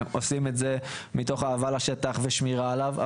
עושים את זה מתוך אהבה לשטח ושמירה עליו,